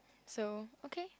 so okay